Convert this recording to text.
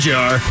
Jar